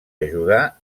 ajudar